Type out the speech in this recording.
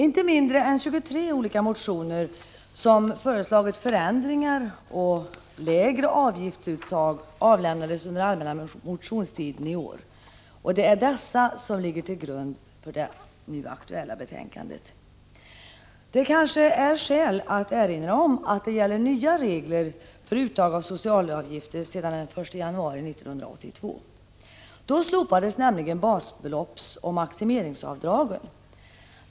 Inte mindre än 23 olika motioner som föreslagit förändringar och lägre avgiftsuttag avlämnades under allmänna motionstiden, och det är dessa som ligger till grund för det — Prot. 1985/86:38 aktuella betänkandet. 27 november 1985 Det är kanske skäl att erinra om att det gäller nya regler för uttag av HH socialavgifter sedan den 1 januari 1982. Då slopades nämligen basbeloppsoch maximeringsavdragen.